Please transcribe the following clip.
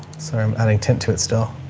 sorry, adding tint to it. still